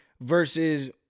versus